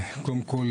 קודם כול,